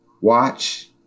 watch